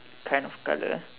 kind of colour